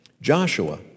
Joshua